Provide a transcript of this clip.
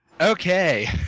Okay